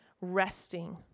resting